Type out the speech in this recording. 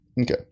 Okay